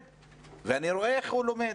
אני רואה איך הוא לומד,